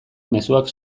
mezuak